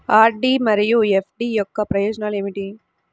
RD మరియు FD యొక్క ప్రయోజనాలు ఏమిటి?